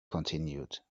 continued